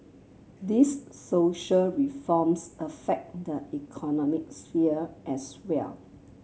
these social reforms affect the economic sphere as well